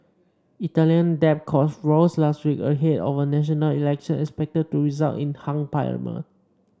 Italian debt costs rose last week ahead of a national election expected to result in a hung parliament